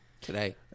Today